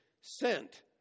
sent